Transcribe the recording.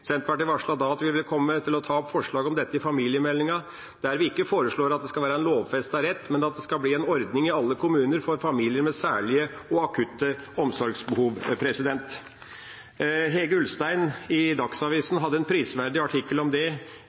Senterpartiet varslet da at vi ville komme til å ta opp forslag om dette i familiemeldinga. Vi foreslår ikke at det skal være en lovfestet rett, men at det skal bli en ordning i alle kommuner for familier med særlige og akutte omsorgsbehov. Hege Ulstein i Dagsavisen hadde en prisverdig artikkel som gikk inn på det